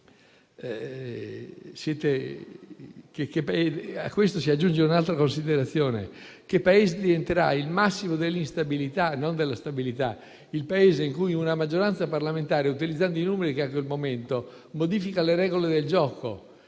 A questo si aggiunge un'altra considerazione: si avrà il massimo dell'instabilità, e non della stabilità. Che Paese sarà quello in cui una maggioranza parlamentare, utilizzando i numeri che ha in quel momento, modifica le regole del gioco?